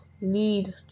lead